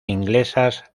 inglesas